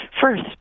first